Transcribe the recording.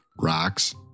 rocks